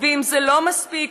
ואם זה לא מספיק,